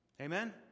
Amen